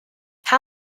how